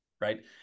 right